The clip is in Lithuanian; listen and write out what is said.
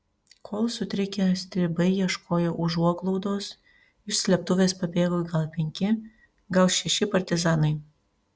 kol sutrikę stribai ieškojo užuoglaudos iš slėptuvės pabėgo gal penki gal šeši partizanai